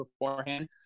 beforehand